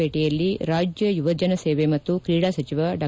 ಪೇಟೆಯಲ್ಲಿ ರಾಜ್ಯ ಯುವಜನಸೇವೆ ಮತ್ತು ಕ್ರೀಡಾ ಸಚಿವ ಡಾ